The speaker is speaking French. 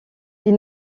les